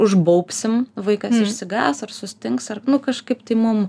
užbaubsim vaikas išsigąs ar sustings ar nu kažkaip tai mum